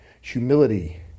humility